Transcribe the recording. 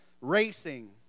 racing